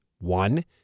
One